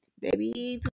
baby